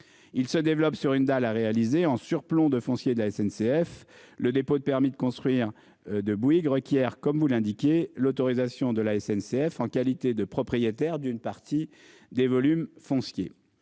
Il se développe sur une dalle a réalisé en sur. Plon de foncier de la SNCF. Le dépôt de permis de construire de Bouygues requiert comme vous l'indiquez l'autorisation de la SNCF en qualité de propriétaire d'une partie des volumes foncier.